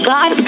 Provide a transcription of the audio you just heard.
God